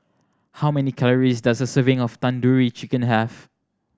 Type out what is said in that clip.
how many calories does a serving of Tandoori Chicken have